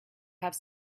have